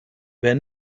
wer